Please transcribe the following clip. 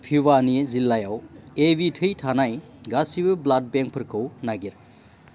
भिवानि जिल्लायाव एबि थै थानाय गासैबो ब्लाड बेंकफोरखौ नागिर